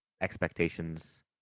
expectations